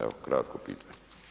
Evo kratko pitanje.